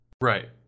Right